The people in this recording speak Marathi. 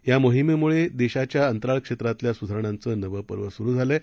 या मोहिमेमुळे देशाच्या अंतराळ क्षेत्रातल्या सुधारणांचं नवं पर्व सुरु झालं आहे